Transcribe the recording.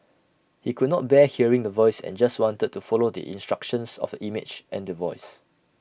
he could not bear hearing The Voice and just wanted to follow the instructions of A image and The Voice